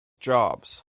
jobs